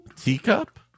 Teacup